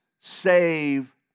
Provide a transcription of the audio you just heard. save